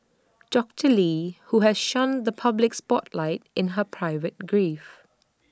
doctor lee who has shunned the public spotlight in her private grief